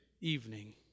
evening